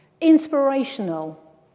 inspirational